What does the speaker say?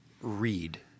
read